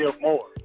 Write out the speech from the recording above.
more